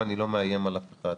אני לא מאיים על אף אחד,